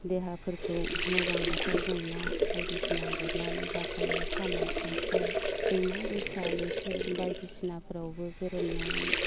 देहाफोरखौ मोजांब्लाथाय जों ना बायदिसिना गुरनानै जाखायो सम' खांख्राइ दैमा दैसा लैथो बायदिसिनाफोरावबो गोरोमनानै